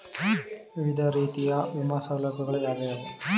ವಿವಿಧ ರೀತಿಯ ವಿಮಾ ಸೌಲಭ್ಯಗಳು ಯಾವುವು?